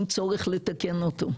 אין צורך לתקן אותו.